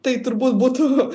tai turbūt būtų